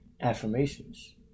affirmations